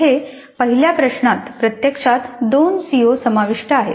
येथे पहिल्या प्रश्नात प्रत्यक्षात दोन सीओ समाविष्ट आहेत